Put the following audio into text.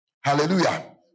Hallelujah